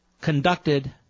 conducted